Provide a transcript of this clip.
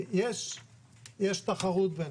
כי יש תחרות ביניהם.